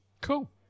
Cool